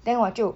then 我就